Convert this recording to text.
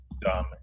dumb